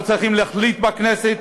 אנחנו צריכים להחליט בכנסת,